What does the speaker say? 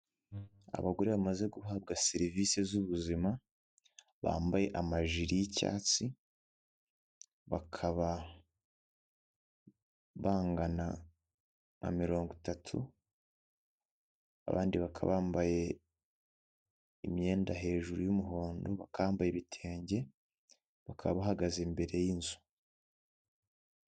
Abagore bamaze guhabwa serivisi z'ubuzima, bambaye amajiri y'icyatsi, bakaba bangana na mirongo itatu, abandi bakaba bambaye imyenda hejuru y'umuhondo, bakaba bambaye ibitenge, bakaba bahagaze imbere y'inzu.